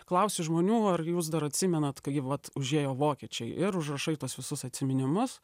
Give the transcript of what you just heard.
klausi žmonių ar jūs dar atsimenat kai vat užėjo vokiečiai ir užrašai tuos visus atsiminimus